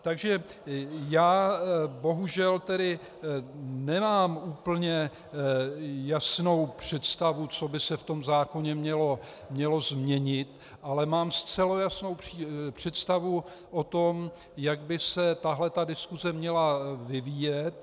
Takže já bohužel tedy nemám úplně jasnou představu, co by se v tom zákoně mělo změnit, ale mám zcela jasnou představu o tom, jak by se tahle ta diskuse měla vyvíjet.